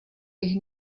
bych